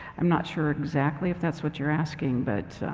i'm not sure exactly if that's what you're asking, but